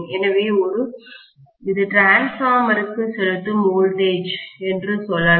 எனவே இது டிரான்ஸ்பார்மருக்குமின்மாற்றிக்கு செலுத்தும் வோல்டேஜ் மின்னழுத்தம் என்று சொல்லலாம்